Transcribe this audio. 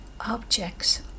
objects